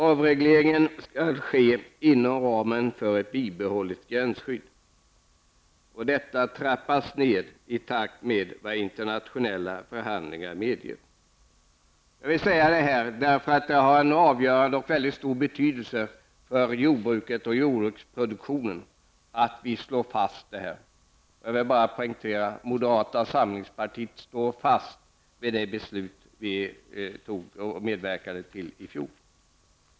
Avregleringen skall ske inom ramen för ett bibehållet gränsskydd. Detta trappas ned i takt med vad internationella förhandlingar medger. Jag vill säga detta eftersom det har en avgörande och mycket stor betydelse för jordbruket och jordbruksproduktionen att vi slår fast detta. Jag vill poängtera att moderata samlingspartiet står fast vid det beslut vi medverkade till i fjol.